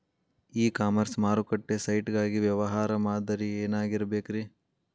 E commerce ಮಾರುಕಟ್ಟೆ site ಗಾಗಿ ವ್ಯವಹಾರ ಮಾದರಿ ಏನಾಗಿರಬೇಕ್ರಿ?